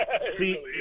See